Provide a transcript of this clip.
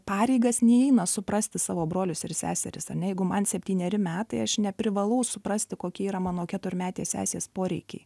pareigas neįeina suprasti savo brolius ir seseris ane jeigu man septyneri metai aš neprivalau suprasti kokie yra mano keturmetės sesės poreikiai